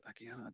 again